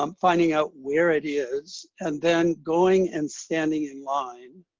um finding out where it is, and then going and standing in line.